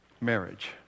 marriage